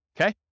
Okay